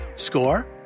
Score